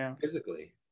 physically